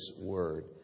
word